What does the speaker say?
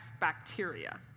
bacteria